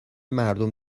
مردم